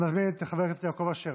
אני מזמין את חבר הכנסת יעקב אשר.